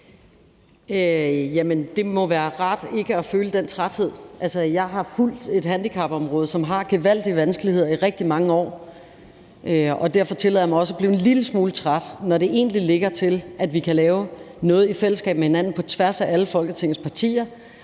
Det må være rart ikke at føle den træthed. Altså, jeg har fulgt et handicapområde, som har haft gevaldige vanskeligheder, i rigtig mange år, og derfor tillader jeg mig også at blive en lille smule træt, når det egentlig ligger til, at vi kan lave noget i fællesskab på tværs af alle Folketingets partier,